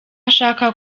ashaka